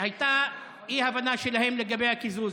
הייתה אי-הבנה שלהם לגבי הקיזוז.